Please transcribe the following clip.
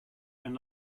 and